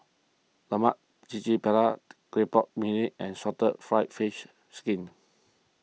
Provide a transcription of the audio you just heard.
Lemak Cili Padi Clay Pot Mee and Salted Egg Fried Fish Skin